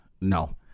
no